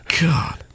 God